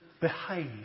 behave